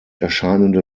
erscheinende